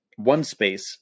OneSpace